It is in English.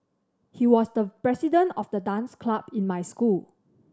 he was the president of the dance club in my school